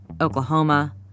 Oklahoma